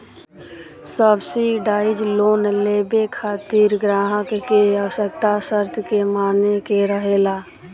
subsidise loan लेबे खातिर ग्राहक के आवश्यक शर्त के माने के रहेला